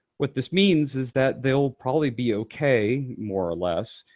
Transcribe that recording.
what this means is that they'll probably be okay, more or less,